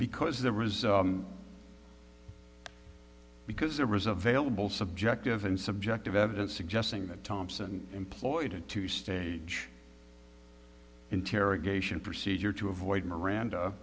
because the result because there was a vailable subjective and subjective evidence suggesting that thompson employed a two stage interrogation procedure to avoid miranda